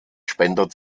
spender